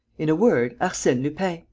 in a word, arsene lupin!